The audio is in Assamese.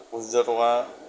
পঁচিছ হেজাৰ টকা